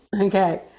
Okay